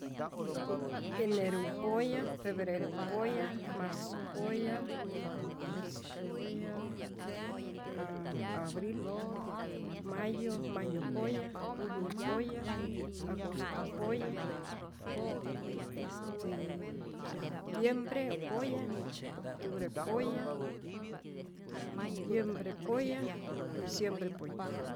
Eneru poya febreru poya marzu poya marzu poya a abril mayo mayo poya junio poya agosto poya, este septiembre poya, octubre poya octu noviembre poya diciembre poya